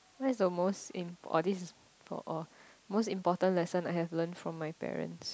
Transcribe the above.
what is the most impor~ oh this is for oh most important lesson I have learned from my parents